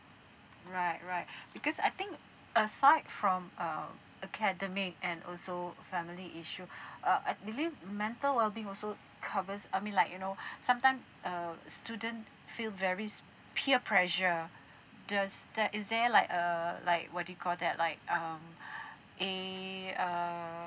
alright alright because I think aside from um academic and also family issue uh I believed mental well being also covers I mean like you know sometimes uh student feel very s~ peer pressure does that is there like uh like what do you call that like um a err